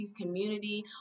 community